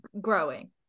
growing